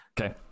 Okay